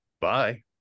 Bye